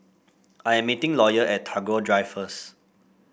I am meeting Lawyer at Tagore Drive first